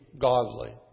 godly